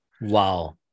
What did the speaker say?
Wow